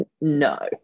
no